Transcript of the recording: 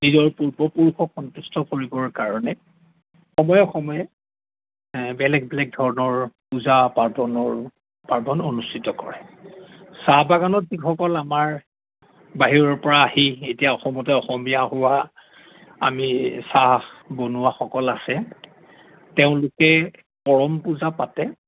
নিজৰ পূৰ্ব পুৰুষক সন্তুষ্ট কৰিবৰ কাৰণে সময়ে সময়ে বেলেগ বেলেগ ধৰণৰ পূজা পাৰ্বনৰ পাৰ্বন অনুষ্ঠিত কৰে চাহ বাগানত যিসকল আমাৰ বাহিৰৰ পৰা আহি এতিয়া অসমতে অসমীয়া হোৱা আমি চাহ বনুৱাসকল আছে তেওঁলোকে কৰম পূজা পাতে